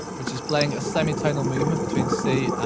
which is playing a semitonal movement between c ah